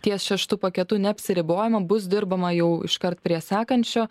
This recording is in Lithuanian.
ties šeštu paketu neapsiribojama bus dirbama jau iškart prie sekančio